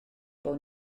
bod